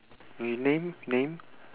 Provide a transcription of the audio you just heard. we name name